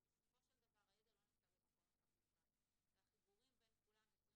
כי בסופו של דבר הידע לא נמצא במקום אחד בלבד והחיבורים בין כולם יוצרים